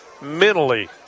mentally